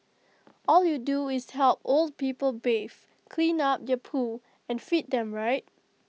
all you do is help old people bathe clean up their poo and feed them right